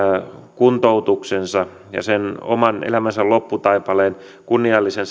kuntoutuksensa ja sen oman elämänsä kunniallisen